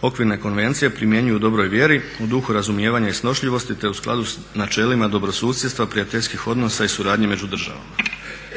Okvirne konvencije primjenjuju u dobroj vjeri u duhu razumijevanja i snošljivosti te u skladu sa načelima dobro susjedstva, prijateljskih odnosa i suradnje među državama.